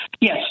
Yes